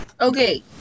Okay